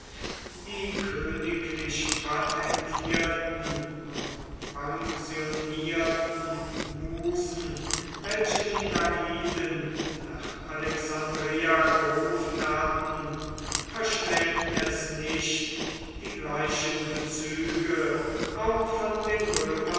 die königlich patentierten und pensionierten musen welche die lagiden nach alexandreia gerufen hatten verschmähten es nicht die gleichen bezüge auch von den römern